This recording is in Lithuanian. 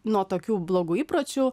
nuo tokių blogų įpročių